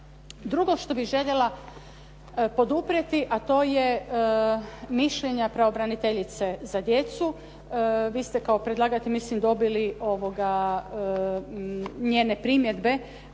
Drugo što bih željela poduprijeti a to je mišljenje pravobraniteljice za djecu, vi ste kao predlagatelj mislim dobili njene primjedbe